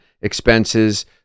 expenses